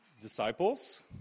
Disciples